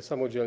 samodzielnie?